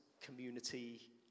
community